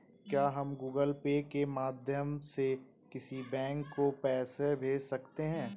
क्या हम Google Pay के माध्यम से किसी बैंक को पैसे भेज सकते हैं?